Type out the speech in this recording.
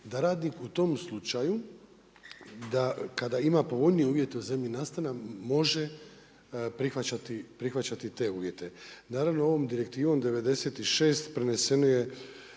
da radnik u tome slučaju, da kada ima povoljnije uvijete u zemlji nastana može prihvaćati te uvijete. Naravno ovom Direktivom 96 preneseno je